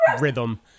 rhythm